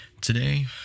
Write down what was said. Today